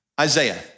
Isaiah